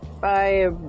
Bye